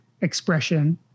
expression